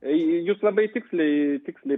jūs labai tiksliai tiksliai